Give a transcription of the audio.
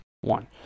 one